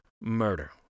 murder